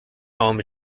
home